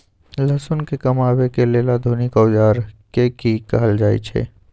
लहसुन के कमाबै के लेल आधुनिक औजार के कि कहल जाय छै?